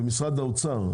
ומשרד האוצר,